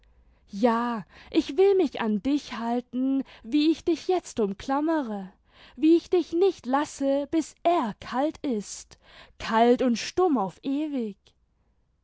ja ich will mich an dich halten wie ich dich jetzt umklammere wie ich dich nicht lasse bis er kalt ist kalt und stumm auf ewig